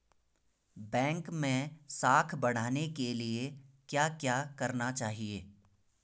Bank मैं साख बढ़ाने के लिए क्या क्या करना चाहिए?